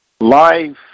life